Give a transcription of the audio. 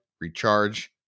recharge